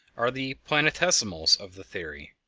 are the planetesimals' of the theory.